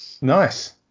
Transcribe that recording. nice